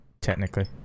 technically